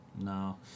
No